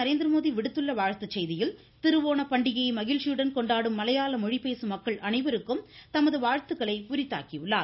நரேந்திரமோதி விடுத்துள்ள வாழ்த்து செய்தியில் திருவோணப்பண்டிகையை மகிழ்ச்சியுடன் கொண்டாடும் மலையாள மொழி பேசும் மக்கள் அனைவருக்கும் தமது வாழ்த்துக்களை உரித்தாக்கியுள்ளார்